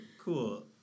Cool